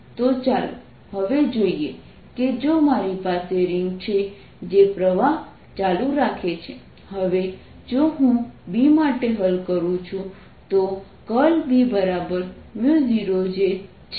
તો ચાલો હવે જોઈએ કે જો મારી પાસે રિંગ છે જે પ્રવાહ ચાલુ રાખે છે હવે જો હું B માટે હલ કરું છું તો B0J છે